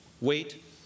Wait